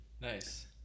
Nice